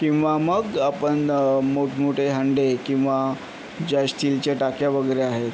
किंवा मग आपण मोठमोठे हांडे किंवा ज्या स्टीलच्या टाक्या वगैरे आहेत